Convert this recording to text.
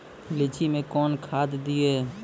लीची मैं कौन खाद दिए?